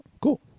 Cool